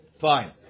fine